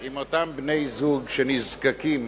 על אותם בני-זוג שנזקקים